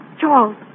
Charles